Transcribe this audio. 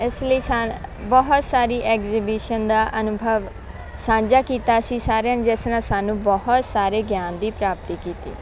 ਇਸ ਲਈ ਸਾਨ ਬਹੁਤ ਸਾਰੀ ਐਗਜੀਬਿਸ਼ਨ ਦਾ ਅਨੁਭਵ ਸਾਂਝਾ ਕੀਤਾ ਅਸੀਂ ਸਾਰਿਆਂ ਨੇ ਜਿਸ ਨਾਲ ਸਾਨੂੰ ਬਹੁਤ ਸਾਰੇ ਗਿਆਨ ਦੀ ਪ੍ਰਾਪਤੀ ਕੀਤੀ